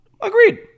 Agreed